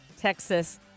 Texas